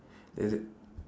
then I said